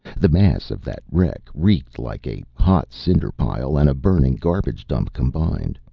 the mass of that wreck reeked like a hot cinder-pile and a burning garbage dump combined.